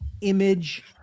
image